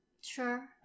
sure